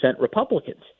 Republicans